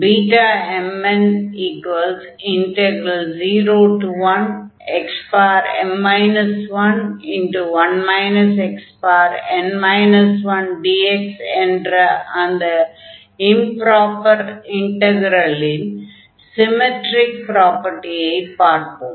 Bmn01xm 11 xn 1dx என்ற அந்த improper இன்டக்ரலின் சிமெட்ரிக் ப்ராப்பர்ட்டியை பார்ப்போம்